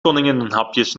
koninginnenhapjes